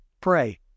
Pray